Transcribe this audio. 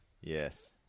Yes